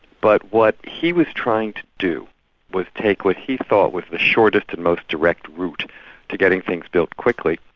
but what he was trying to do was take what he thought was the shortest and most direct route to getting things built quickly,